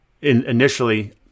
initially